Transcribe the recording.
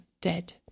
dead